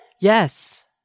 Yes